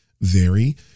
vary